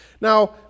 Now